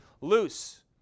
loose